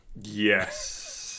Yes